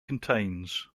contains